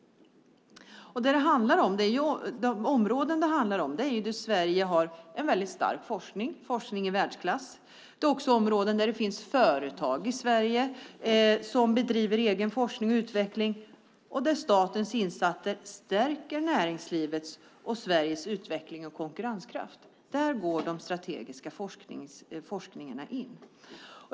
De områden detta handlar om är där Sverige har en stark forskning - forskning i världsklass. Det är också områden där det finns företag i Sverige som bedriver egen forskning och utveckling och där statens insatser stärker näringslivets och Sveriges utveckling och konkurrenskraft. Där går de strategiska forskningarna in.